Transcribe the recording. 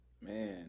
Man